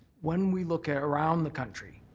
when we look around the country,